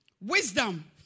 Wisdom